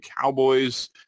Cowboys